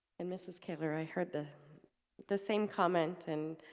and mrs. kaylor i heard the the same comment and